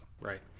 right